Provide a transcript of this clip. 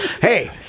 hey